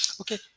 Okay